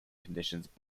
conditions